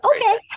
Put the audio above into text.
okay